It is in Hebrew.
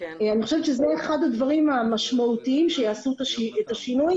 אני חושבת שזה אחד הדברים המשמעותיים שיעשו את השינוי.